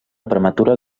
prematura